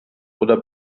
oder